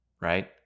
right